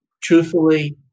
truthfully